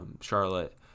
Charlotte